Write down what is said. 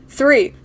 Three